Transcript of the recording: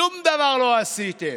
שום דבר לא עשיתם.